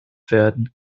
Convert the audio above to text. werden